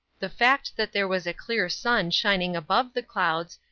the fact that there was a clear sun shining above the clouds,